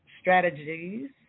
Strategies